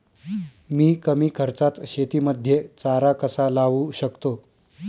मी कमी खर्चात शेतीमध्ये चारा कसा लावू शकतो?